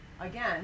again